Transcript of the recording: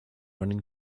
running